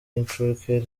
y’incuke